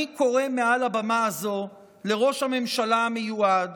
אני קורא מעל הבמה הזאת לראש הממשלה המיועד